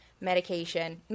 medication